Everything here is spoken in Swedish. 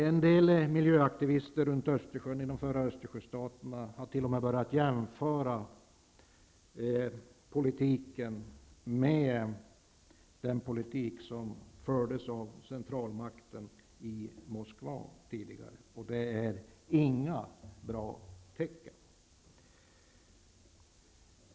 En del miljöaktivister runt Östersjön har t.o.m. börjat jämföra politiken med den politik som fördes av centralmakten i Moskva. Det är inte något bra tecken.